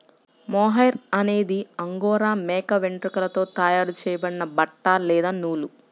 mohair అనేది Angora మేక వెంట్రుకలతో తయారు చేయబడిన బట్ట లేదా నూలు